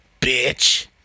bitch